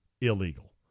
illegal